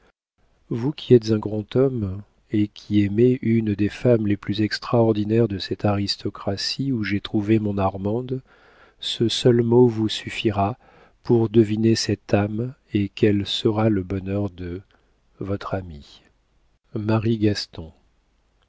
vous qui êtes un grand homme et qui aimez une des femmes les plus extraordinaires de cette aristocratie où j'ai trouvé mon armande ce seul mot vous suffira pour deviner cette âme et quel sera le bonheur de votre ami